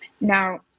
Now